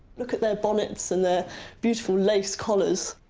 look at their bonnets and their beautiful lace collars.